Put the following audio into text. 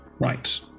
Right